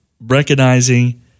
recognizing